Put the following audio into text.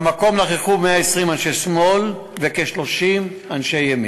במקום נכחו 120 אנשי שמאל וכ-30 אנשי ימין.